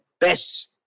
best